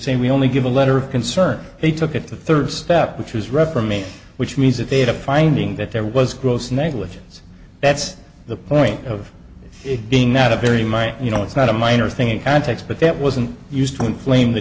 say we only give a letter of concern they took at the third step which was which means that they had a finding that there was gross negligence that's the point of it being not a very minor you know it's not a minor thing in context but that wasn't used to inflame the